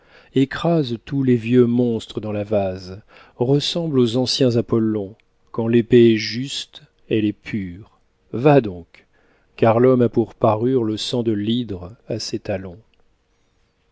écrase tous les vieux monstres dans la vase ressemble aux anciens apollons quand l'épée est juste elle est pure va donc car l'homme a pour parure le sang de l'hydre à ses talons